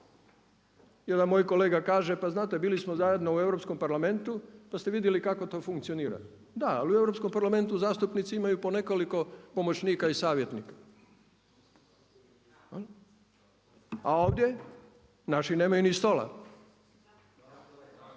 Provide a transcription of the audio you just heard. Jedan moj kolega kaže pa znate bili smo zajedno u Europskom parlamentu pa ste vidjeli kako to funkcionira. Da, ali u Europskom parlamentu zastupnici imaju po nekoliko pomoćnika i savjetnika a ovdje naši nemaju ni stola.